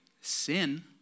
sin